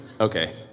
Okay